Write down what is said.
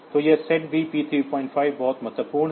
तो यह SETB P35 बहुत महत्वपूर्ण है